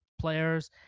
players